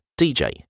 DJ